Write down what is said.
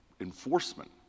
enforcement